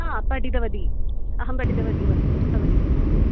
हा पठितवती अहं पठितवती भवति